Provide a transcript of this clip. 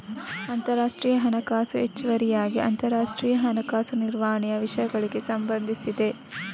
ಅಂತರರಾಷ್ಟ್ರೀಯ ಹಣಕಾಸು ಹೆಚ್ಚುವರಿಯಾಗಿ ಅಂತರರಾಷ್ಟ್ರೀಯ ಹಣಕಾಸು ನಿರ್ವಹಣೆಯ ವಿಷಯಗಳಿಗೆ ಸಂಬಂಧಿಸಿದೆ